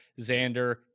Xander